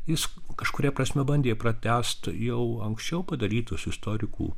jis kažkuria prasme bandė pratęst jau anksčiau padarytus istorikų